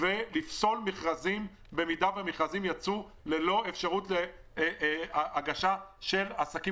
ולפסול מכרזים במידה והם יצאו ללא אפשרות הגשה של עסקים